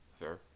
Fair